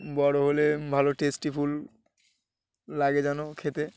বড় হলে ভালো টেস্টফুল লাগে যেন খেতে